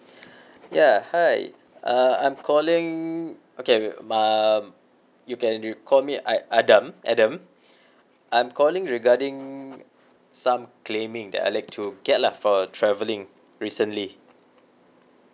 ya hi uh I'm calling okay wait um you can re~ call me a~ adam adam I'm calling regarding some claiming that I'd like to get lah for travelling recently